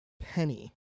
Penny